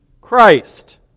Christ